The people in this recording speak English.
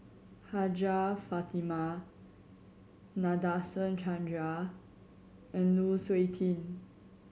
Hajjah Fatimah Nadasen Chandra and Lu Suitin